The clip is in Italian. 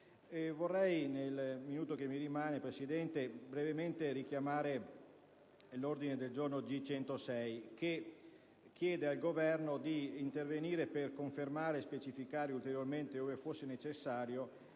Presidente, vorrei brevemente richiamare l'ordine del giorno G106, che chiede al Governo di intervenire per confermare e specificare ulteriormente, ove fosse necessario,